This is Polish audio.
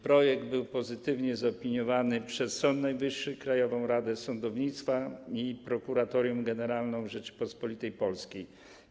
Projekt był pozytywnie zaopiniowany przez Sąd Najwyższy, Krajową Radę Sądownictwa i Prokuratorię Generalną Rzeczypospolitej Polskiej.